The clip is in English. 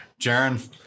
Jaron